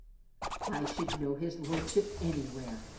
i should know his lordship anywhere,